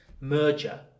merger